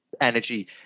energy